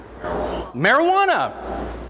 marijuana